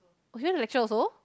oh you having a lecture also